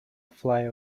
fly